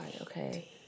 Okay